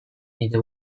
nire